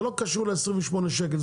זה לא קשור ל-28 שקלים.